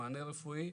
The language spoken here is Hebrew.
ומענה רפואי,